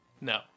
No